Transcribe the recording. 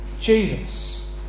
Jesus